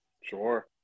Sure